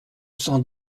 cent